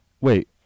Wait